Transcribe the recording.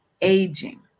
aging